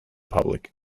public